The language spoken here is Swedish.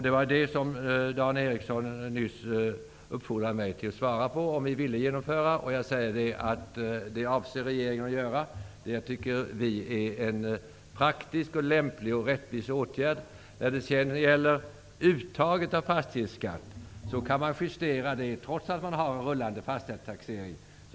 Dan Eriksson i Stockholm uppfordrade mig nyss att svara på frågan om vi ville genomföra detta. Jag svarar att regeringen avser att göra det. Det tycker vi är en praktisk, lämplig och rättvis åtgärd. När det sedan gäller uttaget av fastighetsskatt kan man göra en justering trots en rullande fastighetstaxering.